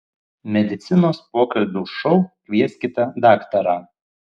medicinos pokalbių šou kvieskite daktarą